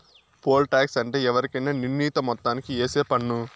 pole tax అంటే ఎవరికైనా నిర్ణీత మొత్తానికి ఏసే పన్ను